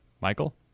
Michael